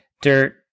dirt